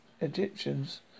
Egyptians